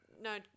No